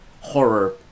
horror